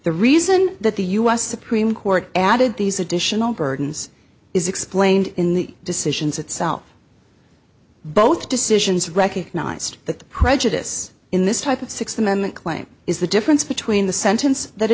the reason that the u s supreme court added these additional burdens is explained in the decisions itself both decisions recognized that the prejudice in this type of sixth amendment claim is the difference between the sentence th